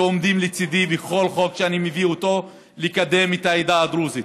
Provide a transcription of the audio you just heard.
שעומדים לצידי בכל חוק שאני מביא לקדם את העדה הדרוזית.